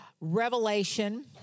Revelation